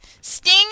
Sting